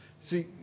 See